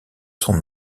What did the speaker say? son